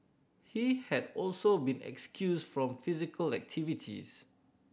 he had also been excused from physical activities